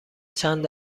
چند